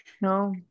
no